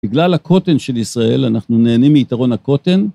בגלל הקוטן של ישראל אנחנו נהנים מיתרון הקוטן.